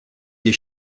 des